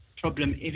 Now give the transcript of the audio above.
problem